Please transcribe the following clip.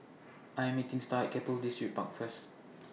I Am meeting Starr At Keppel Distripark First